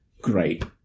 Great